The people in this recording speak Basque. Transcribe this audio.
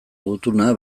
gutuna